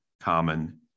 common